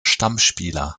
stammspieler